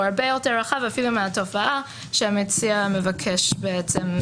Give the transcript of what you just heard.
הוא הרבה יותר רחב אפילו מהתופעה שהמציע מבקש לטפל.